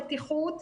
בטיחות,